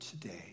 today